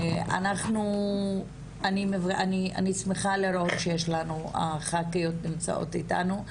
אני שמחה לראות את הח"כיות איתנו,